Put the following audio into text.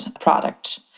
product